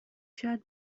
شاید